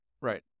right